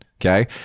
okay